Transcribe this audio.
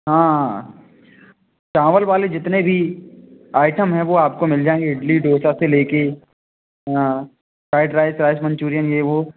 हाँ चावल वाले जितने भी आइटम हैं वह आपको मिल जाएँगे इडली डोसा से ले कर हाँ फ्राइड राइस राइस मंचूरियन यह वो